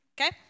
Okay